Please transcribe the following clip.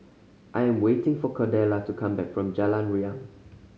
I am waiting for Cordella to come back from Jalan Riang